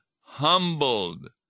humbled